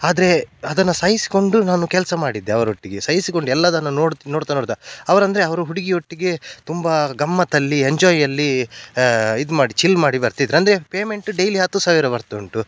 ಆದರೆ ಅದನ್ನು ಸಹಿಸಿಕೊಂಡು ನಾನು ಕೆಲಸ ಮಾಡಿದ್ದೆ ಅವರೊಟ್ಟಿಗೆ ಸಹಿಸಿಕೊಂಡು ಎಲ್ಲದನ್ನು ನೋಡ್ತಾ ನೋಡ್ತಾ ನೋಡ್ತಾ ಅವರಂದರೆ ಅವರು ಹುಡುಗಿಯೊಟ್ಟಿಗೆ ತುಂಬ ಗಮ್ಮತ್ತಲ್ಲಿ ಎಂಜಾಯಲ್ಲಿ ಇದು ಮಾಡಿ ಚಿಲ್ ಮಾಡಿ ಬರ್ತಿದ್ರು ಅಂದರೆ ಪೇಮೆಂಟು ಡೈಲಿ ಹತ್ತು ಸಾವಿರ ಬರ್ತುಂಟು